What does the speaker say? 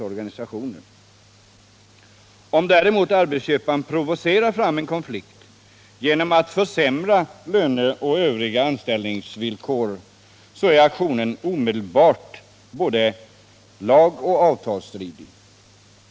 Om däremot arbetsköparen provocerar fram en konflikt genom att försämra löneoch övriga anställningsvillkor är aktionen omedelbart både lagoch avtalsstridig.